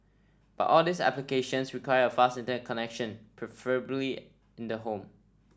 but all these applications require a fast Internet connection preferably in the home